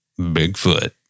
Bigfoot